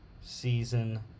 season